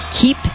keep